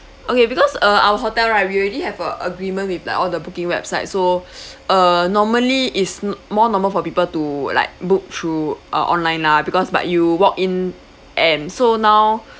okay because uh our hotel right we already have a agreement with like all the booking website so uh normally it's more normal for people to like book through err online lah because but you walk in and so